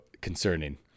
concerning